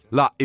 la